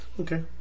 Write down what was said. Okay